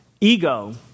ego